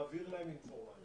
מעביר להם אינפורמציה,